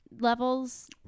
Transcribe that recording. levels